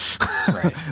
Right